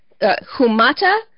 Humata